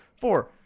Four